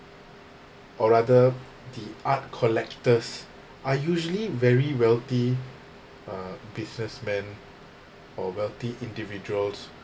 or rather the art collectors are usually very wealthy uh businessmen or wealthy individuals